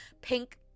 pink